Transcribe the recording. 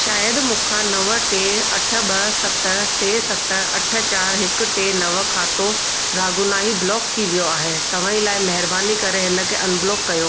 शायदि मूंखां नव टे अठ ॿ सत टे सत अठ चारि हिकु टे नव खातो राहगुनाही ब्लॉक थी वियो आहे तव्हां लाइ महिरबानी करे इन खे अनब्लॉक कयो